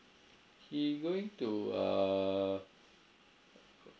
he going to err